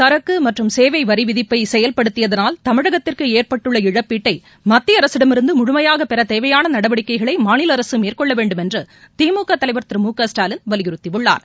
சேவைவரிவிதிப்பைசெயல்படுத்தியதனால் சரக்குமற்றும் தமிழகத்திறகுஏற்பட்டுள்ள இழப்பீட்டை மத்திய அரசிடமிருந்துமுழுமையாக பெறதேவையானநடவடிக்கைகளை மாநில அரசுமேற்கொள்ளவே ண்டும் என்றுதிமுகதலைவர் திரு மு க ஸ்டாலின் வலியுறுத்தியுள்ளார்